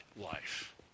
life